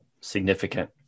significant